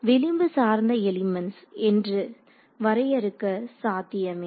விளிம்பு சார்ந்த எலிமெண்ட்ஸ் என்ன என்று வரையறுக்க சாத்தியமே